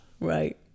Right